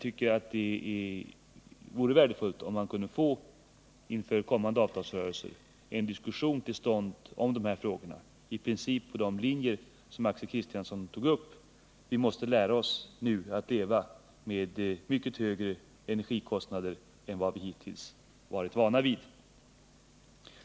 Det vore värdefullt om man, inför kommande avtalsrörelser, kunde få en diskussion till stånd om de frågorna — i princip efter de linjer som Axel Kristiansson drog upp. Vi måste nu lära oss att leva med mycket högre energikostnader än vi hittills varit vana vid.